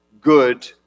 good